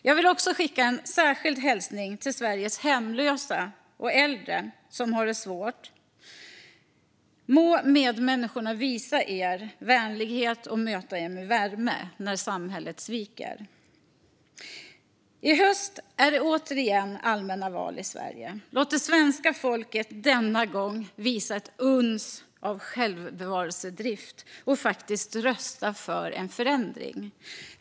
Jag vill också skicka en särskild hälsning till Sveriges hemlösa och äldre som har det svårt: Må medmänniskorna visa er vänlighet och möta er med värme när samhället sviker. I höst är det återigen allmänna val i Sverige. Må det svenska folket denna gång visa ett uns av självbevarelsedrift och faktiskt rösta för en förändring!